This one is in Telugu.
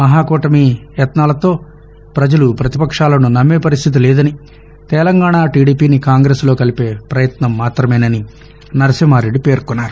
మహాకూటమి యత్నాలతో పజలు పతిపక్షాలను నమ్మే పరిస్థితి లేదని తెలంగాణ టీడీపీని కాంగ్రెస్లో కలిపే ప్రయత్నం మాత్రమేనని నర్సింహారెడ్డి పేర్కొన్నారు